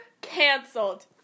Cancelled